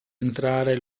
entrare